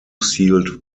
sealed